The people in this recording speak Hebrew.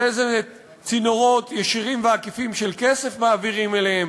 ואילו צינורות ישירים ועקיפים של כסף מעבירים אליהן,